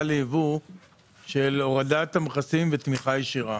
לייבוא על ידי הורדת המכסים ותמיכה ישירה.